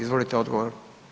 Izvolite odgovor.